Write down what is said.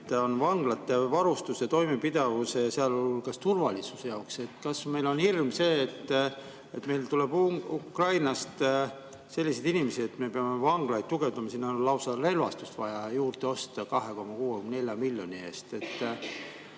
on vanglate varustuse ja toimepidevuse, sealhulgas turvalisuse jaoks. Kas meil on hirm, et meile tuleb Ukrainast selliseid inimesi, et me peame vanglaid tugevdama? Sinna on lausa relvastust vaja juurde osta 2,64 miljoni eest.